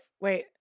Wait